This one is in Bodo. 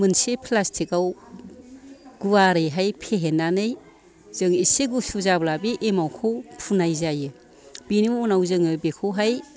मोनसे फ्लासथिक आव गुवारै हाय फेहेननानै जों एसे गुसु जाब्ला बे एमावखौ फुननाय जायो बेनि उनाव जोङो बेखौ हाय